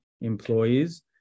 employees